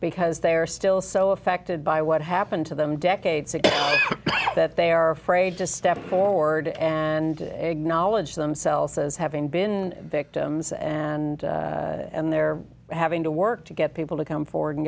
because they are still so affected by what happened to them decades ago that they are afraid to step forward and egg knowledge themselves as having been victims and they're having to work to get people to come forward and